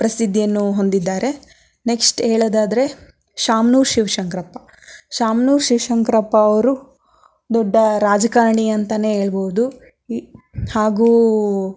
ಪ್ರಸಿದ್ಧಿಯನ್ನು ಹೊಂದಿದ್ದಾರೆ ನೆಕ್ಸ್ಟ್ ಹೇಳೋದಾದ್ರೆ ಶಾಮನೂರು ಶಿವಶಂಕರಪ್ಪ ಶಾಮನೂರು ಶಿವಶಂಕರಪ್ಪ ಅವರು ದೊಡ್ಡ ರಾಜಕಾರಣಿ ಅಂತಲೇ ಹೇಳ್ಬೋದು ಹಾಗೂ